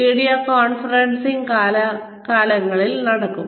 video conferencing കാലാകാലങ്ങളിൽ നടക്കും